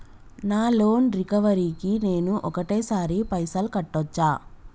నా loan recovery కి నేను ఒకటేసరి పైసల్ కట్టొచ్చా?